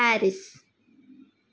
Paris